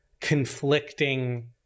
conflicting